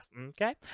Okay